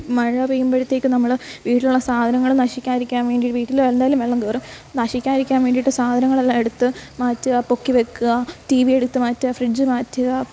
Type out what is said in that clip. മഴ പെയ്യുമ്പോഴത്തേക്കും നമ്മൾ വീട്ടിലുള്ള സാധനങ്ങൾ നശിക്കാതിരിക്കാൻ വേണ്ടി വീട്ടിൽ എന്തായാലും വെള്ളം കയറും നശിക്കാതിരിക്കാൻ വേണ്ടിയിട്ട് സാധനങ്ങളെല്ലാം എടുത്ത് മാറ്റുക പൊക്കി വയ്ക്കുക ടി വി എടുത്ത് മാറ്റുക ഫ്രിഡ്ജ് മാറ്റുക